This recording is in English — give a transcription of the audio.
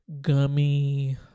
gummy